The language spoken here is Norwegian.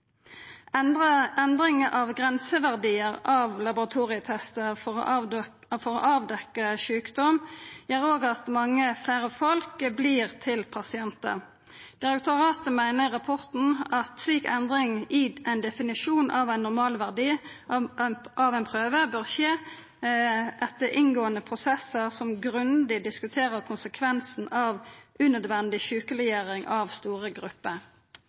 Endra grenseverdiar av laboratorietestar for å avdekka sjukdom gjer at mange fleire folk vert pasientar. Direktoratet meiner i rapporten at slik endring i ein definisjon av ein normalverdi av ein prøve bør skje etter inngåande prosessar, der ein grundig diskuterer konsekvensen av unødvendig sjukeleggjering av store grupper.